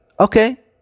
Okay